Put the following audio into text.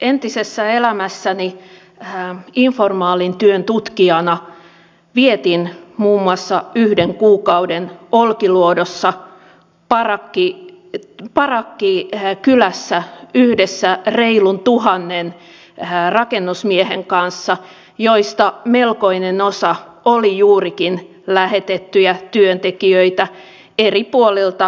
entisessä elämässäni informaalin työn tutkijana vietin muun muassa yhden kuukauden olkiluodossa parakkikylässä yhdessä reilun tuhannen rakennusmiehen kanssa joista melkoinen osa oli juurikin lähetettyjä työntekijöitä eri puolilta eurooppaa